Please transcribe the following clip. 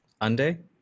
ande